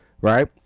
right